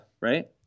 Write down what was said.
right